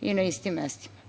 i na istim mestima.